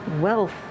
wealth